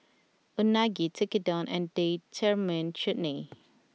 Unagi Tekkadon and Date Tamarind Chutney